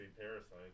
Parasite